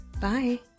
Bye